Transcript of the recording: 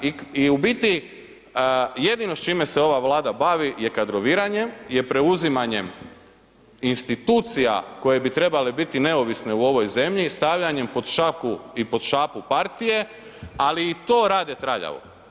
I u biti jedino s čime se ova Vlada bavi je kadroviranje, je preuzimanjem institucija koje bi trebale biti neovisne u ovoj zemlji, stavljanjem pod šaku i pod šapu partije ali i to rade traljavo.